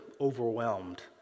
overwhelmed